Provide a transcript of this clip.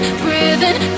breathing